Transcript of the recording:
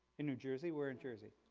in new jersey? where in jersey?